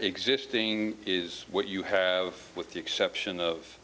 existing is what you have with the exception of